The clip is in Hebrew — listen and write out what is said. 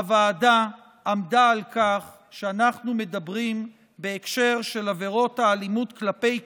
הוועדה עמדה על כך שאנחנו מדברים בהקשר של עבירות האלימות כלפי קטינים,